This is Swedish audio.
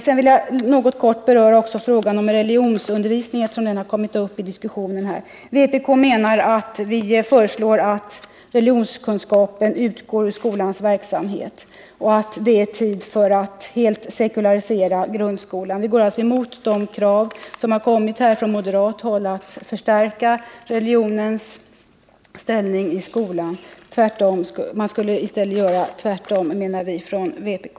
Sedan vill jag också något beröra frågan om religionsundervisningen, eftersom den har kommit upp i diskussionen här. Vpk föreslår att religionskunskap utgår ur skolans verksamhet. Vi menar att det är tid att helt sekularisera grundskolan. Vi går alltså emot de krav som lagts fram från moderat håll att förstärka religionens ställning i skolan. Man skulle göra tvärtom, menar vi i vpk.